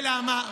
ולמה?